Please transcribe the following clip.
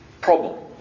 problem